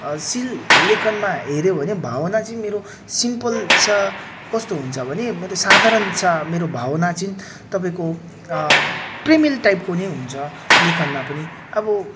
सिल लेखनमा हेऱ्यो भने भावना चाहिँ मेरो सिम्पल छ कस्तो हुन्छ भने मेरो साधारण छ मेरो भावना चाहिँ तपाईँको प्रेमिल टाइपको नै हुन्छ लेखनमा पनि अब